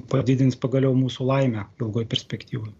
padidins pagaliau mūsų laimę ilgoj perspektyvoj